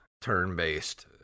turn-based